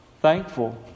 thankful